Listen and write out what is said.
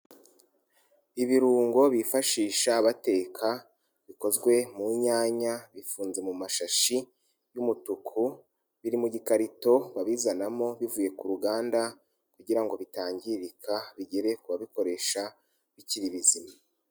Ibirungo bifashisha bateka bikozwe mu nyanya, bifunze mu mashashi y'umutuku, biri mu gikarito babizanamo bivuye ku ruganda kugira ngo bitangirika, bigere kuba bikoresha bikiriri bizima.